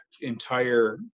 entire